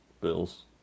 bills